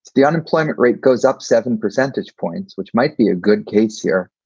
the unemployment rate goes up seven percentage points, which might be a good case here.